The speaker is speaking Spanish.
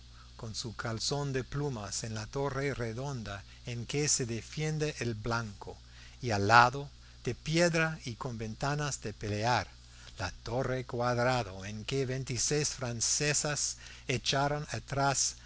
con su calzón de plumas en la torre redonda en que se defiende del blanco y al lado de piedra y con ventanas de pelear la torre cuadrada en que veintiséis franceses echaron atrás